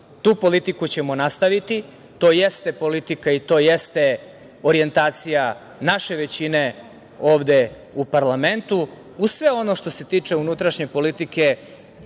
Tu politiku ćemo nastaviti, to jeste politika i to jeste orijentacija naše većine ovde u parlamentu, uz sve ono što se tiče unutrašnje politike